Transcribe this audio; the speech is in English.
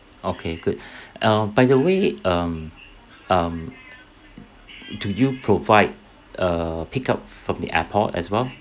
okay good uh by the way um um do you provide err pick up from the airport as well